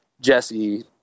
Jesse